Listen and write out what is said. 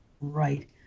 Right